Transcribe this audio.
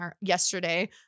yesterday